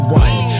one